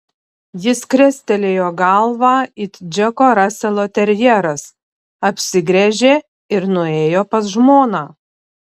jis krestelėjo galvą it džeko raselo terjeras apsigręžė ir nuėjo pas žmoną